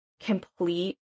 complete